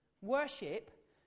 Worship